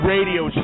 Radio